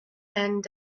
and